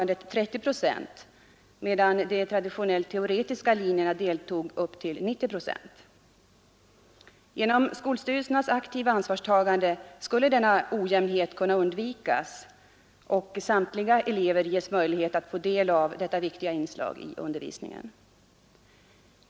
Det räcker Genom skolstyrelsernas aktiva ansvarstagande skulle denna ojämnhet kunna undvikas och samtliga elever ges möjlighet att få del av dessa viktiga inslag i undervisningen.